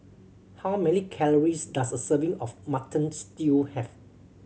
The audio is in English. how many calories does a serving of Mutton Stew have